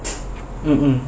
mm